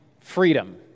freedom